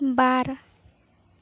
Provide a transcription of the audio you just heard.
ᱵᱟᱨ